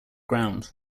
ground